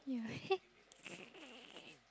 yeah